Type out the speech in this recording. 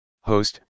Host